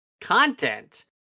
Content